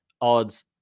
odds